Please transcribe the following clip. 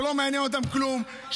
שלא מעניין אותם כלום,